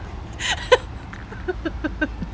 maybe maybe maybe